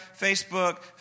Facebook